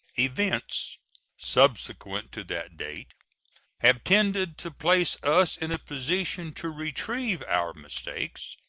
events subsequent to that date have tended to place us in a position to retrieve our mistakes,